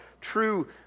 true